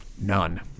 none